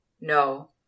No